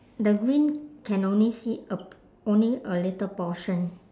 the green can only see a p~ only a little portion